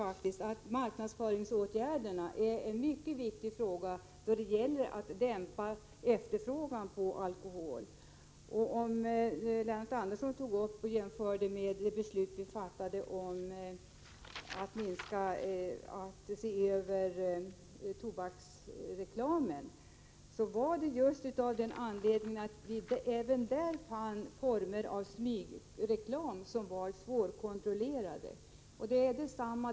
Jag tycker att marknadsföringsåtgärderna är en mycket viktig fråga i vad avser möjligheterna att dämpa efterfrågan på alkohol. Lennart Andersson jämförde med det beslut som vi fattade om översyn av tobaksreklamen. Det fattades av den anledningen att vi på det området hade funnit svårkontrollerade former av smygreklam.